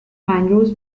mangroves